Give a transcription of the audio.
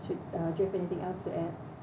should uh jeff anything thing else to add